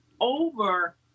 over